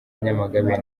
nyamagabe